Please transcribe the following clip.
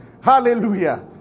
Hallelujah